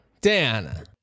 Dan